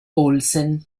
olsen